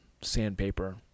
Sandpaper